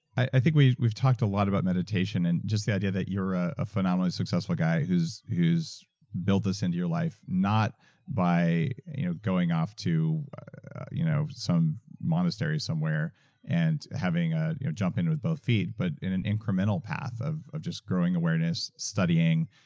i think we've we've talked a lot about meditation and just the idea that you're ah a phenomenally successful guy who's built built this into your life, not by going off to you know some monastery somewhere and ah you know jumping in with both feet, but in an incremental path of of just growing awareness, studying,